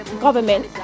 government